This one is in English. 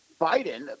Biden